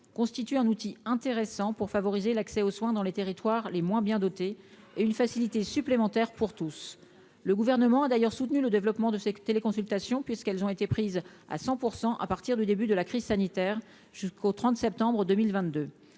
constitue un outil intéressant pour favoriser l'accès aux soins dans les territoires les moins bien dotés et une facilité supplémentaire pour tous, le gouvernement a d'ailleurs soutenu le développement de ces téléconsultations puisqu'elles ont été prises à 100 %% à partir du début de la crise sanitaire jusqu'au 30 septembre 2022